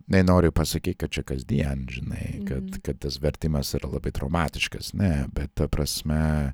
nenoriu pasakyt kad čia kasdien žinai kad kad tas vertimas yra labai dramatiškas ne bet ta prasme